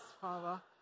father